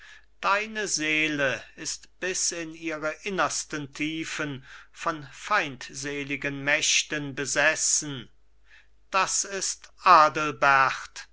deine seele ist bis in ihre innersten tiefen von feindseligen mächten besessen das ist